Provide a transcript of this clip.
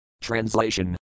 Translation